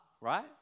right